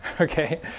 Okay